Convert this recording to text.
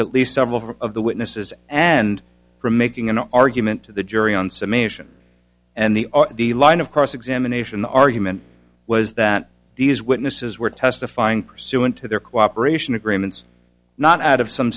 at least several of the witnesses and from making an argument to the jury on summation and the the line of cross examination argument was that these witnesses were testifying pursuant to their cooperation agreements not out of some